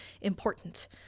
important